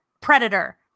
Predator